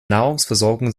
nahrungsversorgung